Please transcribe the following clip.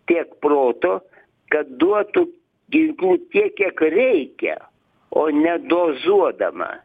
tiek proto kad duotų ginklų tiek kiek reikia o ne dozuodama